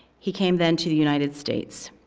he came then to the united states,